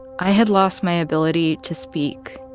i had lost my ability to speak.